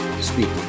speaking